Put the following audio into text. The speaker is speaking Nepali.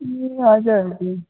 ए हजुर हजुर